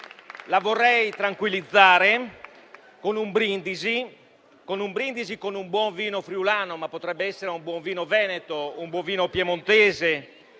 La vorrei tranquillizzare con un brindisi con un buon vino friulano, ma potrebbe essere un buon vino veneto o piemontese,